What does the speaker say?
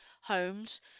homes